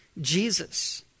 Jesus